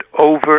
over